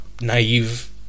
naive